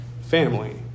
family